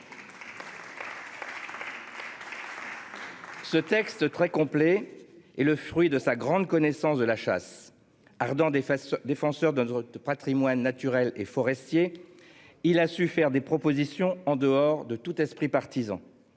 Ce texte très complet et le fruit de sa grande connaissance de la chasse ardent des fesses défenseur de notre Patrimoine naturel et forestiers. Il a su faire des propositions en dehors de tout esprit partisan.